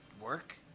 work